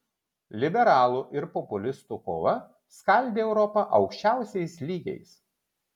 liberalų ir populistų kova skaldė europą aukščiausiais lygiais